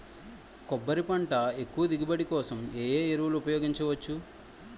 కొబ్బరి పంట ఎక్కువ దిగుబడి కోసం ఏ ఏ ఎరువులను ఉపయోగించచ్చు?